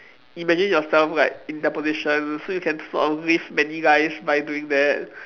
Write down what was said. imagine yourself like in their position so you can sort of live many lives by doing that